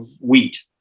wheat